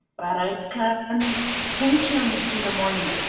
but i can't and function in the morning.